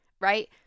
Right